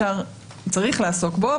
צריך לעסוק בו,